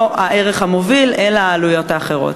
האם אין בתנאי המכרז,